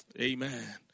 Amen